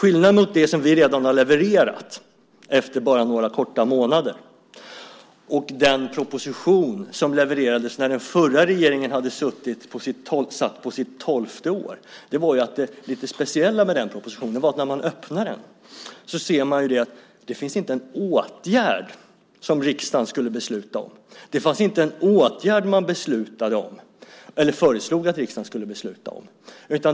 Skillnaden mellan det som vi redan har levererat efter bara några månader och den proposition som levererades när den förra regeringen satt på sitt tolfte år är att det i den propositionen inte finns en åtgärd som riksdagen skulle besluta om. Det fanns inte en åtgärd som man föreslog att riksdagen skulle besluta om.